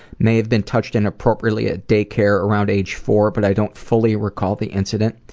may have been touched inappropriately at daycare around age four but i don't fully recall the incident.